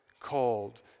called